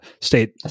state